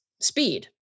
speed